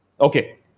Okay